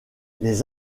les